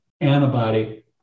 antibody